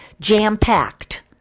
jam-packed